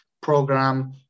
program